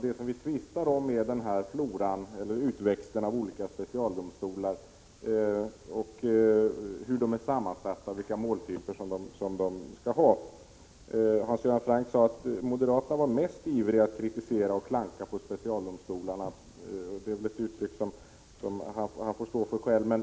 Det vi tvistar om är den framväxande floran av olika specialdomstolar, hur de är sammansatta och vilka måltyper de skall ha. Hans Göran Franck sade att moderaterna är mest ivriga att kritisera och klanka på specialdomstolarna. Det är ett uttryck som han får stå för själv. Jag — Prot.